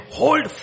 hold